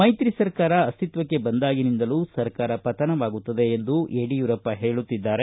ಮೈತ್ರಿ ಸರಕಾರ ಅಸ್ತಿತ್ವಕ್ಕೆ ಬಂದಾಗಿನಿಂದಲೂ ಸರಕಾರ ಪತನವಾಗುತ್ತದೆ ಎಂದು ಯಡಿಯೂರಪ್ಪ ಹೇಳುತ್ತಿದ್ದಾರೆ